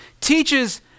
teaches